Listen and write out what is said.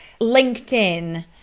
LinkedIn